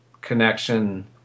connection